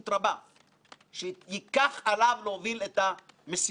ולא אצא פטור מבלי להתייחס לעיקרי ההמלצות